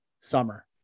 summer